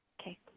Okay